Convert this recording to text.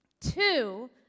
two